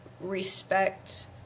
respect